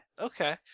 okay